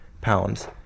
pounds